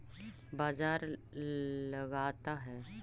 बाजार कौन लगाता है?